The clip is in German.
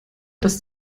das